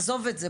עזוב את זה.